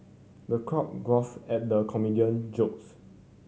the crowd guffawed at the comedian jokes